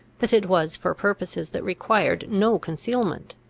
that it was for purposes that required no concealment.